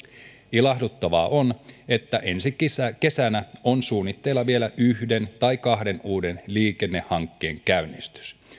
ilahduttavaa on että ensi kesänä kesänä on suunnitteilla vielä yhden tai kahden uuden liikennehankkeen käynnistys